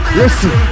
listen